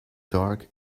dark